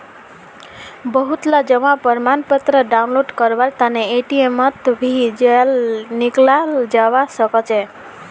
बहुतला जमा प्रमाणपत्र डाउनलोड करवार तने एटीएमत भी जयं निकलाल जवा सकछे